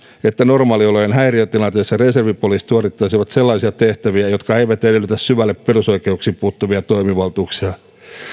että normaaliolojen häiriötilanteessa reservipoliisit suorittaisivat sellaisia tehtäviä jotka eivät edellytä syvälle perusoikeuksiin puuttuvia toimivaltuuksia